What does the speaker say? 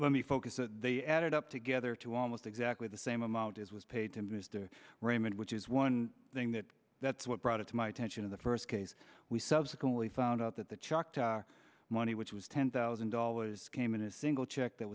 let me focus they added up together to almost exactly the same amount as was paid to mr raymond which is one thing that that's what brought it to my attention in the first case we subsequently found out that the choctaw money which was ten thousand dollars came in a single check